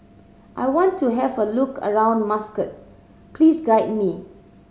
I want to have a look around Muscat please guide me